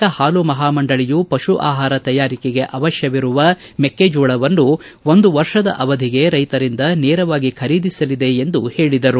ಕರ್ನಾಟಕ ಹಾಲು ಮಹಾಮಂಡಳಿಯು ಪಶು ಆಹಾರ ತಯಾರಿಕೆಗೆ ಅವಶ್ವವಿರುವ ಮೆಕ್ಕೆಜೋಳವನ್ನು ಒಂದು ವರ್ಷದ ಅವಧಿಗೆ ರೈತರಿಂದ ನೇರವಾಗಿ ಖರೀದಿಸಲಿದೆ ಎಂದು ಹೇಳಿದರು